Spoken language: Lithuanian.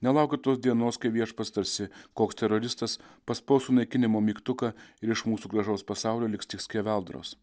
nelaukiu tos dienos kai viešpats tarsi koks teroristas paspaus sunaikinimo mygtuką ir iš mūsų gražaus pasaulio liks tik skeveldros